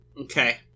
Okay